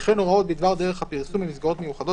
וכן הוראות בדבר דרך הפרסום במסגרות מיוחדות